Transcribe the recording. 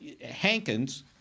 Hankins